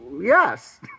yes